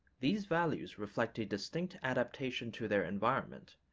these values reflect a distinct adaptation to their environment,